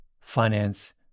finance